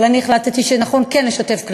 אבל אני החלטתי שנכון כן לשתף.